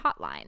Hotline